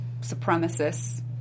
supremacists